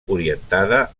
orientada